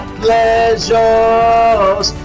pleasures